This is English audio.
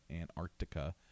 Antarctica